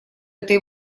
этой